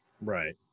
Right